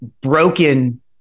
broken